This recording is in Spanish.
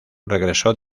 regresó